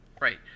Right